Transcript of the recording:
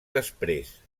després